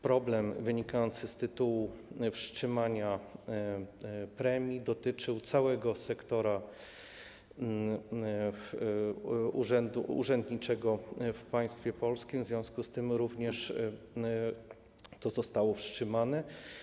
Problem wynikający z tytułu wstrzymania premii dotyczył całego sektora urzędniczego w państwie polskim, w związku z tym również to zostało wstrzymane.